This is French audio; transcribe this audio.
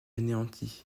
anéanti